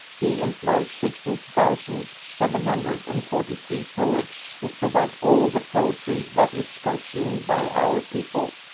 he employs sixteen thousand seven hundred and forty three poets who provide all the poetry that is consumed by our people.